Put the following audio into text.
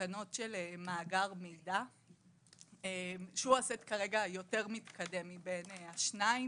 תקנות של מאגר מידע שהוא הסט היותר מתקדם כרגע מבין השתיים.